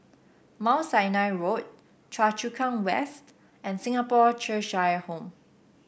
Mount Sinai Road Choa Chu Kang West and Singapore Cheshire Home